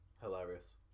Hilarious